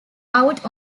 out